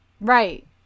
Right